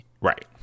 Right